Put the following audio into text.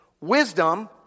wisdom